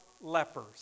lepers